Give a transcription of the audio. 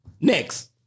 Next